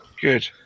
Good